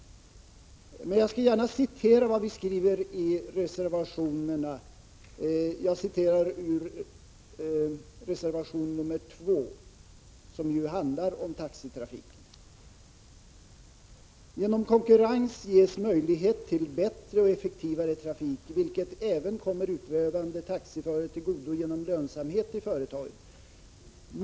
Men jag skall gärna citera vad vi skriver i reservation nr 2, som ju handlar om taxitrafiken: ”Genom konkurrens ges möjlighet till bättre och effektivare trafik, vilket även kommer utövande taxiförare till godo genom lönsamhet i företaget.